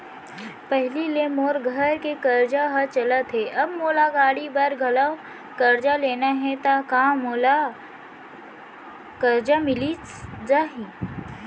पहिली ले मोर घर के करजा ह चलत हे, अब मोला गाड़ी बर घलव करजा लेना हे ता का मोला करजा मिलिस जाही?